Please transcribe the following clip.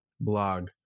blog